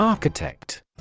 Architect